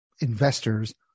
investors